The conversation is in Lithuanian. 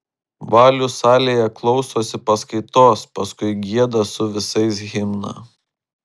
valius salėje klausosi paskaitos paskui gieda su visais himną